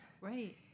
Right